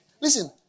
Listen